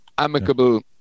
amicable